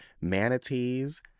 Manatees